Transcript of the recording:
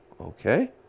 okay